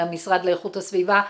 המשרד לאיכות הסביבה,